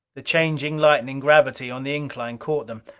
the changing, lightening gravity on the incline caught them.